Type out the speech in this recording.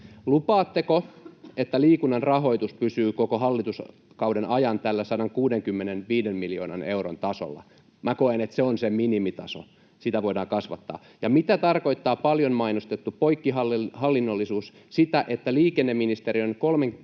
Lupaatteko, että liikunnan rahoitus pysyy koko hallituskauden ajan tällä 165 miljoonan euron tasolla? Minä koen, että se on se minimitaso, sitä voidaan kasvattaa. Ja mitä tarkoittaa paljon mainostettu poikkihallinnollisuus? Sitäkö, että liikenneministeriön 3,5